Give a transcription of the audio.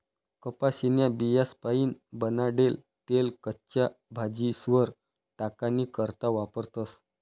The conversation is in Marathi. कपाशीन्या बियास्पाईन बनाडेल तेल कच्च्या भाजीस्वर टाकानी करता वापरतस